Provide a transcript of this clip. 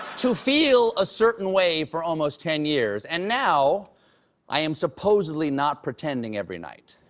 to feel a certain way for almost ten years, and now i am supposedly not pretending every night,